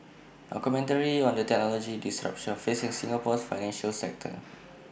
A commentary on the technological disruption facing Singapore's financial sector